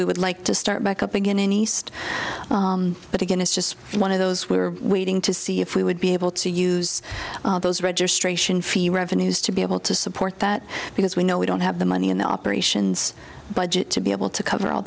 we would like to start back up again in east but again it's just one of those we're waiting to see if we would be able to use those registration fee revenues to be able to support that because we know we don't have the money in the operations budget to be able to cover all